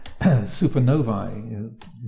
supernovae